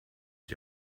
die